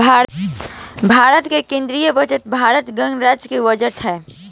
भारत के केंदीय बजट भारत गणराज्य के बजट ह